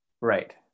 right